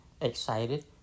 excited